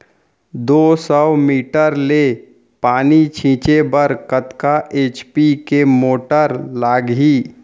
दो सौ मीटर ले पानी छिंचे बर कतका एच.पी के मोटर लागही?